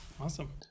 Awesome